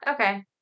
okay